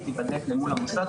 היא תיבדק אל מול המוסד,